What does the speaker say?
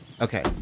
Okay